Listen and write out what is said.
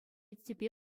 тӗпе